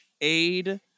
aid